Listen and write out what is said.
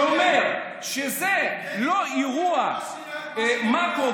שאומר שזה לא אירוע מקרו-כלכלי.